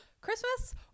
Christmas